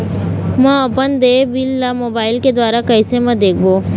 म अपन देय बिल ला मोबाइल के द्वारा कैसे म देखबो?